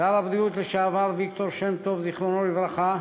ושר הבריאות לשעבר ויקטור שם-טוב ז"ל,